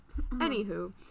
Anywho